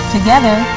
Together